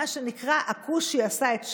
מה שנקרא, "הכושי עשה את שלו,